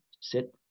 sit